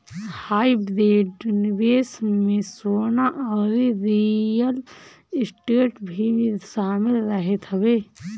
hybrid निवेश में सोना अउरी रियल स्टेट भी शामिल रहत हवे